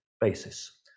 basis